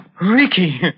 Ricky